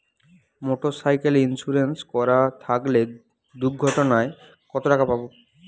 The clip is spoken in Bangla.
মোটরসাইকেল ইন্সুরেন্স করা থাকলে দুঃঘটনায় কতটাকা পাব?